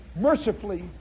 Mercifully